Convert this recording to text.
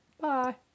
Bye